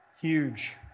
Huge